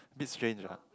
bit strange lah